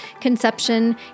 conception